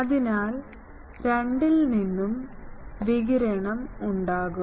അതിനാൽ രണ്ടിൽ നിന്നും വികിരണം ഉണ്ടാകും